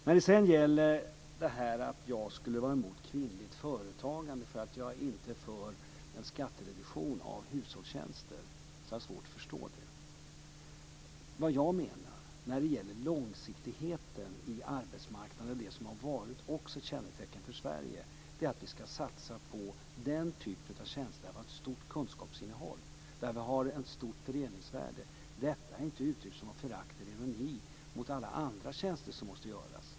När det sedan gäller att jag skulle vara emot kvinnligt företagande därför att jag inte är för en skattereduktion av hushållstjänster, har jag svårt att förstå det. Vad jag menar när det gäller långsiktigheten på arbetsmarknaden - det som också har varit ett kännetecken för Sverige - är att vi ska satsa på den typ av tjänster där vi har ett stort kunskapsinnehåll, där vi har ett stort beredningsvärde. Detta är inte uttryck för förakt eller ironi mot alla andra tjänster som måste utföras.